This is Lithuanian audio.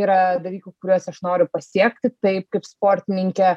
yra dalykų kuriuos aš noriu pasiekti taip kaip sportininkė